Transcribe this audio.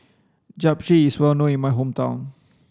Japchae is well known in my hometown